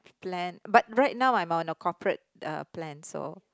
plan but right now I'm on a corporate uh plan so